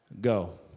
go